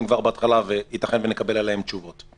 אליהם לב כבר בהתחלה וייתכן שנקבל עליהם תשובות.